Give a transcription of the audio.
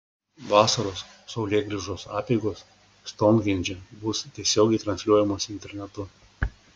vasaros saulėgrįžos apeigos stounhendže bus tiesiogiai transliuojamos internetu